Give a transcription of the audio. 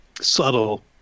subtle